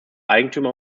eigentümer